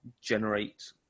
generate